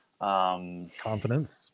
confidence